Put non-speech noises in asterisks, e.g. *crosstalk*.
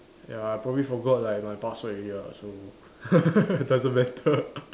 ya I probably forgot like my password already lah so *laughs* doesn't matter